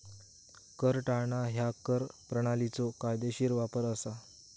कर टाळणा ह्या कर प्रणालीचो कायदेशीर वापर असा